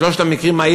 שלושת המקרים,